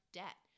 debt